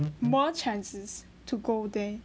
more chances to go there